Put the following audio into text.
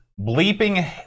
bleeping